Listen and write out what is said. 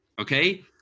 okay